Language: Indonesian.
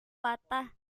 patah